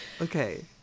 okay